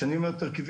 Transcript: כשאני אומר תרכיבים,